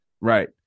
Right